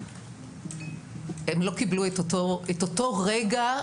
הם לא קיבלו את אותו רגע,